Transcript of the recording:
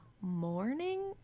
morning